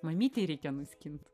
mamytei reikia nuskint